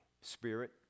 spirit